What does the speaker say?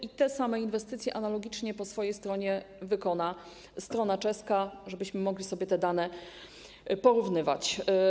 I te same inwestycje analogicznie po swojej stronie wykona strona czeska, żebyśmy mogli sobie te dane porównywać.